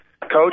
Coach